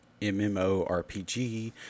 MMORPG